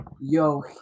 Yo